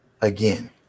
again